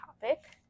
topic